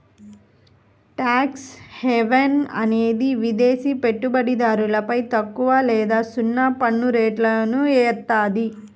tax haven అనేది విదేశి పెట్టుబడిదారులపై తక్కువ లేదా సున్నా పన్నురేట్లను ఏత్తాది